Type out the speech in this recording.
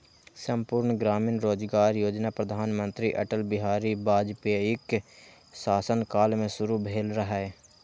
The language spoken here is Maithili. संपूर्ण ग्रामीण रोजगार योजना प्रधानमंत्री अटल बिहारी वाजपेयीक शासन काल मे शुरू भेल रहै